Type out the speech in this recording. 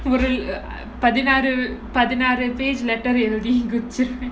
ஒருள் பதினாறு பதினாறு:orul pathinaru pathinaru page letter எழுதி குடுத்துருவேன்:eluthi kuduthuruvaen